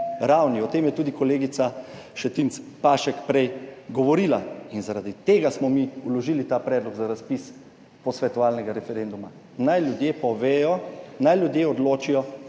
ravni.« O tem je tudi kolegica Šetinc Pašek prej govorila in zaradi tega smo mi vložili ta predlog za razpis posvetovalnega referenduma. Naj ljudje povedo, naj ljudje odločijo,